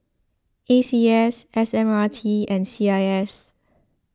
A C S S M R T and C I S